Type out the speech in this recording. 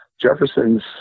Jefferson's